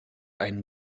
ein